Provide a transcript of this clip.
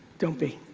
don't be.